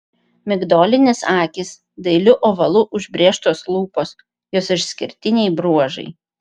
migdolinės akys dailiu ovalu užbrėžtos lūpos jos išskirtiniai bruožai